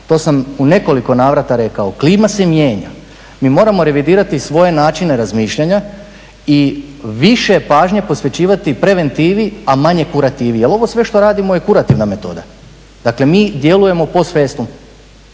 To sam u nekoliko navrata rekao. Klima se mijenja. Mi moram revidirati svoje načine razmišljanja i više pažnje posvećivati preventivi, a manje kurativi jer ovo sve što radimo je kurativna metoda. Dakle, mi djelujemo … Kolega